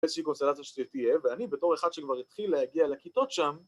‫איזושהי קונסטלציה שתהיה, ‫ואני בתור אחד שכבר התחיל ‫להגיע לכיתות שם...